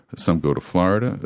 some go to florida,